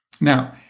Now